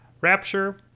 Rapture